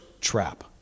trap